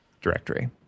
directory